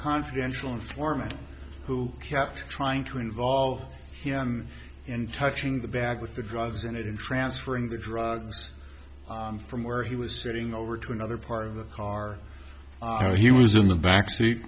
confidential informant who kept trying to involve him in touching the bag with the drugs in it in transferring the drugs from where he was sitting over to another part of the car he was in the back seat